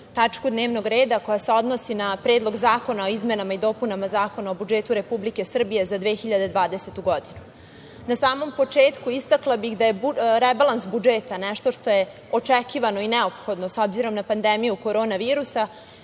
tačku dnevnog reda koja se odnosi na Predlog zakona o izmenama i dopunama Zakona o budžetu Republike Srbije za 2020. godinu. Na samom početku istakla bih da je rebalans budžeta nešto što je očekivano i neophodno, s obzirom na pandemiju Korona virusa